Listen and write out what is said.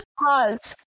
Pause